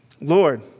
Lord